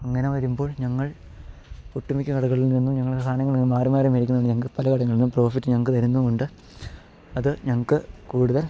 അങ്ങനെ വരുമ്പോൾ ഞങ്ങൾ ഒട്ടുമിക്ക കടകളിൽ നിന്നും ഞങ്ങൾ സാധനങ്ങൾ മാറി മാറി മേടിക്കുന്നത് കൊണ്ട് ഞങ്ങൾക്ക് പല കടകളിൽ നിന്നും പ്രോഫിറ്റ് ഞങ്ങൾക്ക് തരുന്നുമുണ്ട് അത് ഞങ്ങൾക്ക് കൂടുതൽ